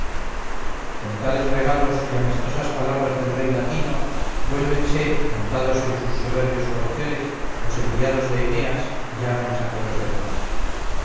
con tales regalos y amistosas palabras del rey latino vuélvense montados en sus soberbios corceles los enviados de eneas ya mensajeros de paz